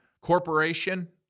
Corporation